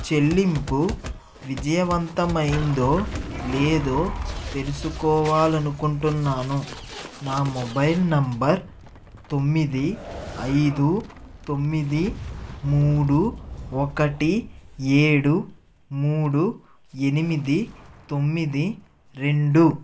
చెల్లింపు విజయవంతమైందో లేదో తెలుసుకోవాలి అనుకుంటున్నాను నా మొబైల్ నంబర్ తొమ్మిది ఐదు తొమ్మిది మూడు ఒకటి ఏడు మూడు ఎనిమిది తొమ్మిది రెండు